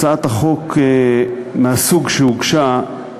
הצעת החוק מהסוג שהוגשה,